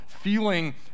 feeling